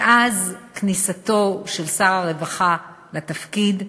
מאז כניסתו של שר הרווחה לתפקיד,